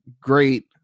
great